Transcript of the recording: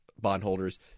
bondholders